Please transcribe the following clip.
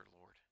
Lord